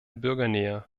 bürgernähe